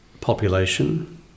population